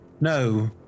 No